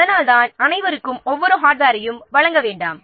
அதனால்தான் அனைவருக்கும் ஹார்ட்வேரின் ஒவ்வொரு பாகத்தையும் வழங்க வேண்டாம்